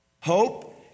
hope